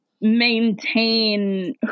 maintain